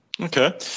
Okay